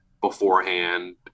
beforehand